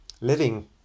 living